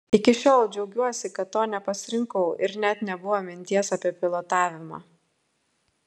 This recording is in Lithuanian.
iki šiol džiaugiuosi kad to nepasirinkau ir net nebuvo minties apie pilotavimą